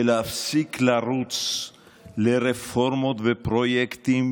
להפסיק לרוץ לרפורמות ופרויקטים,